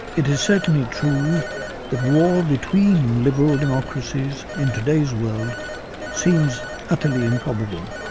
it is certainly true that war between liberal democracies in today's world seems utterly improbable.